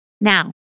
Now